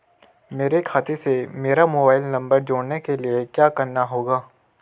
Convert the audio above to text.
मेरे खाते से मेरा मोबाइल नम्बर जोड़ने के लिये क्या करना होगा?